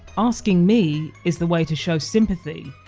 asking me is the way to show sympathy,